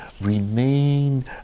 remain